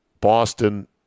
Boston –